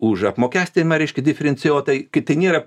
už apmokestinimą reiškia diferencijuotai kai tai nėra